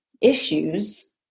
issues